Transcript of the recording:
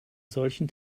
solchen